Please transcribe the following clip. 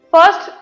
First